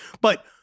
but-